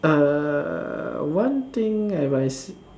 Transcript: err one thing have I